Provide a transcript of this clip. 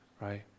right